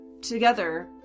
together